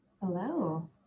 Hello